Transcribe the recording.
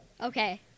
Okay